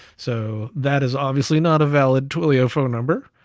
so that is obviously not a valid twilio phone number.